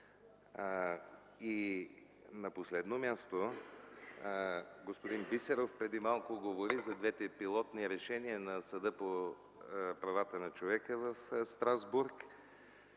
На последно място. Господин Бисеров преди малко говори за двете пилотни решения на съда по правата на човека в Страсбург.